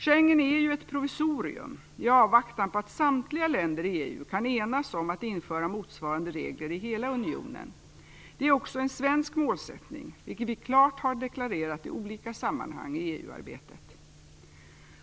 Schengensamarbetet är ju ett provisorium i avvaktan på att samtliga länder i EU kan enas om att införa motsvarande regler i hela unionen. Detta är också en svensk målsättning, vilken vi klart har deklarerat i olika sammanhang i EU-arbetet.